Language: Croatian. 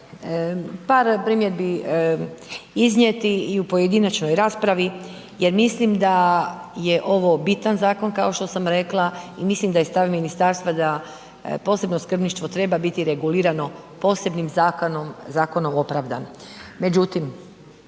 par primjedbi iznijeti i u pojedinačnoj raspravi jer mislim da je ovo bitan zakon kao što sam rekla i mislim da je stav ministarstva da posebno skrbništvo treba biti regulirano posebnim zakonom, zakonom